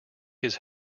his